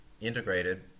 integrated